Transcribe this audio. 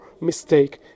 mistake